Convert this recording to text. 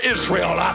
Israel